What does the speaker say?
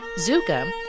Zuka